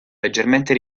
leggermente